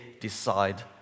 decide